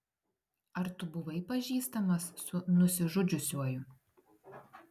ar tu buvai pažįstamas su nusižudžiusiuoju